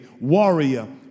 warrior